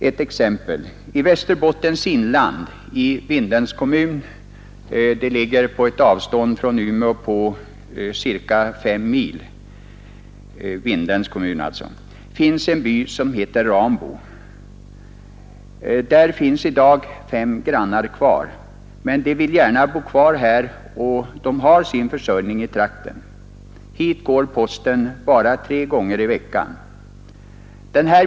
Ett exempel: I Vindelns kommun i Västerbottens inland — Vindelns kommun ligger på ca fem mils avstånd från Umeå — finns en by som heter Rambo. Där lever i dag endast fem familjer kvar. De vill dock gärna bo kvar, och de har sin försörjning i trakten. Hit upp till Rambo går posten bara tre gånger i veckan.